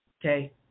Okay